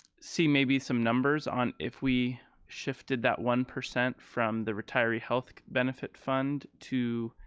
see maybe some numbers on if we shifted that one percent from the retiree health benefit fund to,